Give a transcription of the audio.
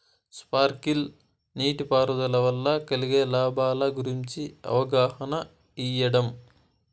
Sprinkle నీటిపారుదల వల్ల కలిగే లాభాల గురించి అవగాహన ఇయ్యడం?